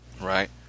right